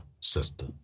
sister